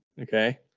okay